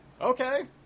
Okay